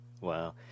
Wow